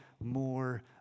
more